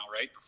right